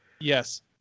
Yes